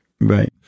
Right